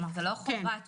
כלומר זה לא חובת בדיקה.